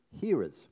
hearers